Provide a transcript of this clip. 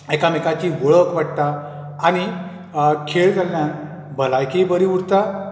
एकामेकाची वळख वाडटा आनी खेळ जाल्यान भलायकी बरी उरता